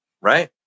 Right